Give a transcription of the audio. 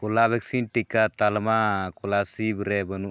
Covaxin ᱴᱤᱠᱟ ᱛᱟᱞᱢᱟ ᱠᱚᱞᱟᱥᱤᱵᱷ ᱨᱮ ᱵᱟᱹᱱᱩᱜᱼᱟ